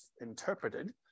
interpreted